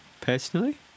personally